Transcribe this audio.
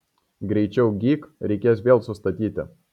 greičiau gyk reikės vėl sustatyti